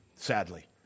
sadly